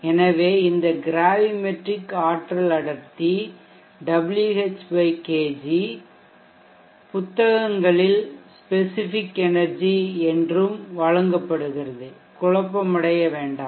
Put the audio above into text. எனவே இந்த கிராவிமெட்ரிக் ஆற்றல் அடர்த்தி Wh kg புத்தகங்களில் ஸ்பெசிஃபிக் எனெர்ஜி என்றும் வழங்கப்படுகிறது குழப்பமடைய வேண்டாம்